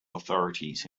authorities